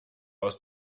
aus